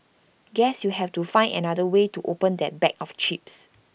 guess you have to find another way to open that bag of chips